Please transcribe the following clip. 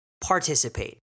participate